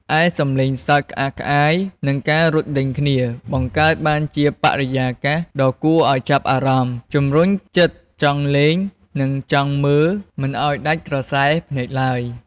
ឯ សំឡេងសើច ក្អាកក្អាយ និងការរត់ដេញគ្នា បង្កើតបានជាបរិយាកាសដ៏គួរឱ្យចាប់អារម្មណ៍ ជំរុញចិត្តចង់លេងនិងចង់មើលមិនឱ្យដាច់ក្រសែភ្នែកទ្បើយ។